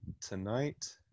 Tonight